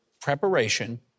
preparation